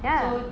yeah